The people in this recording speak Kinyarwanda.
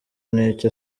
n’icyo